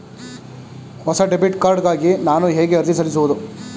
ಹೊಸ debit card ಗಾಗಿ ನಾನು ಹೇಗೆ ಅರ್ಜಿ ಸಲ್ಲಿಸುವುದು?